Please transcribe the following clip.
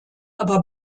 aber